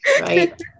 right